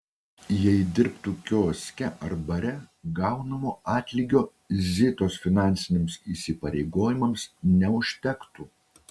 jei dirbtų kioske ar bare gaunamo atlygio zitos finansiniams įsipareigojimams neužtektų